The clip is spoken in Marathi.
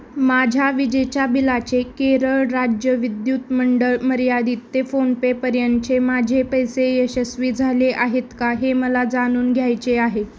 माझ्या विजेच्या बिलाचे केरळ राज्य विद्युत मंडळ मर्यादित ते फोनपेपर्यंतचे माझे पैसे यशस्वी झाले आहेत का हे मला जाणून घ्यायचे आहे